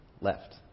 left